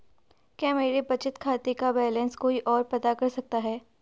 क्या मेरे बचत खाते का बैलेंस कोई ओर पता कर सकता है?